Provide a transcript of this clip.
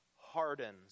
hardens